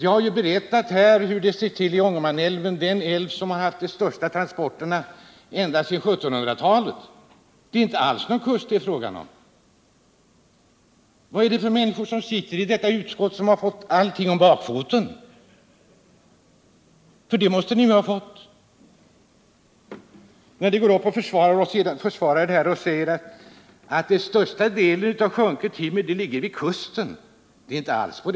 Jag har här berättat hur det ser ut i Ångermanälven, den älv som har haft de största transporterna ända sedan 1700-talet. Det är inte alls fråga om någon kust. Vad är det för människor som sitter i detta utskott, som har fått allting om bakfoten? För det måste ni ju ha fått, när ni går upp och försvarar denna skrivning och säger att den största delen av det sjunkna timret ligger vid kusten. Det är inte alls så.